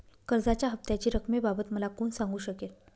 कर्जाच्या हफ्त्याच्या रक्कमेबाबत मला कोण सांगू शकेल?